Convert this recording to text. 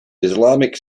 islamic